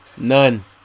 None